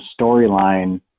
storyline